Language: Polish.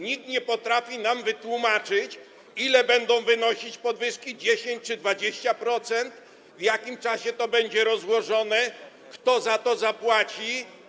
Nikt nie potrafi nam wytłumaczyć, ile będą wynosić podwyżki: 10 czy 20%, w jakim czasie to będzie rozłożone, kto za to zapłaci.